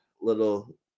little